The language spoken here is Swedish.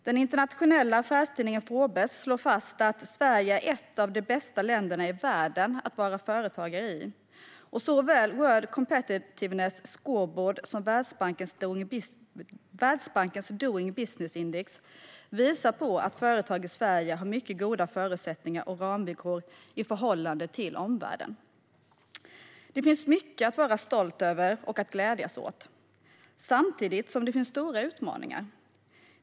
Den internationella affärstidningen Forbes slår fast att Sverige är ett av de bästa länderna i världen att vara företagare i, och såväl World Competitiveness Scoreboard som Världsbankens doing business index visar på att företag i Sverige har mycket goda förutsättningar och ramvillkor i förhållande till omvärlden. Det finns mycket att vara stolt över och att glädjas åt samtidigt som det finns stora utmaningar.